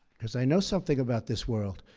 because i know something about this world,